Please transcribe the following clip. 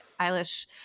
Eilish